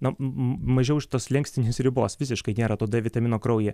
na mažiau už tos slenkstinės ribos visiškai nėra to d vitamino kraujyje